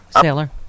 Sailor